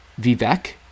Vivek